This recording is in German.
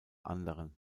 anderen